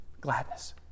Gladness